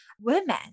women